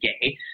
gay